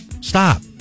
stop